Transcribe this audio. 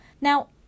now